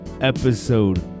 episode